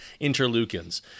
interleukins